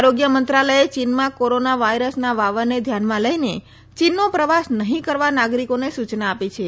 આરોગ્ય મંત્રાલયે ચીનમાં કોરોના વાયરસના વાવરને ધ્યાનમાં લઇને ચીનનો પ્રવાસ નહી કરવા નાગરીકોને સુચના આપી છે